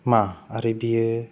मा आरो बियो